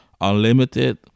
unlimited